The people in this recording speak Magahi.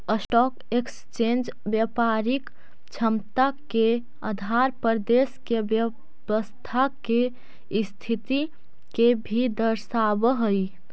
स्टॉक एक्सचेंज व्यापारिक क्षमता के आधार पर देश के अर्थव्यवस्था के स्थिति के भी दर्शावऽ हई